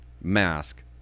mask